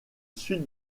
sud